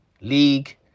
League